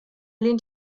lehnt